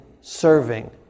serving